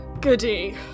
goody